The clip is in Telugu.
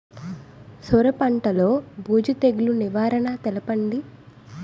సొర పంటలో బూజు తెగులు నివారణ తెలపండి?